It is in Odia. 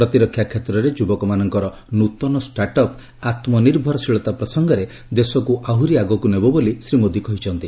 ପ୍ରତିରକ୍ଷା କ୍ଷେତ୍ରରେ ଯୁବକମାନଙ୍କର ନୃତନ ଷ୍ଟାର୍ଟ ଅପ୍ ଆତ୍ମନିର୍ଭରଶୀଳତା ପ୍ରସଙ୍ଗରେ ଦେଶକୁ ଆହୁରି ଆଗକୁ ନେବ ବୋଲି ଶ୍ରୀ ମୋଦୀ କହିଚ୍ଛନ୍ତି